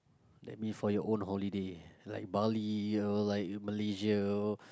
let me for your own holiday like bali like Malaysia all